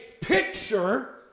picture